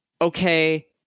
okay